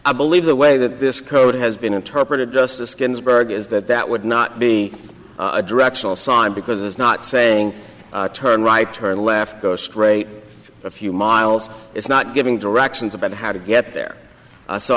i believe the way that this code has been interpreted justice ginsburg is that that would not be a directional sign because it's not saying turn right turn left go straight a few miles it's not giving directions about how to get there so